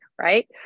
right